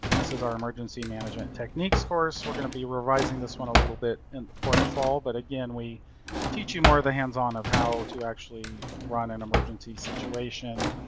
this is our emergency management techniques course. we gonna be revising this one a little bit and for the fall. but again, we teach you more of a hands-on of how to actually run an emergency situation.